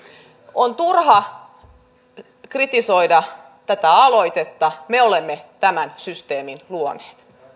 on turha kritisoida tätä aloitetta me olemme tämän systeemin luoneet